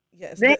Yes